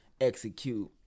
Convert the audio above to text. execute